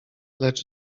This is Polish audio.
lecz